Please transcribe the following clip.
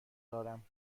دارم